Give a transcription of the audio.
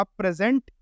present